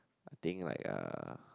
I think like uh